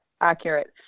accurate